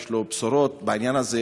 אם יש לו בשורות בעניין הזה,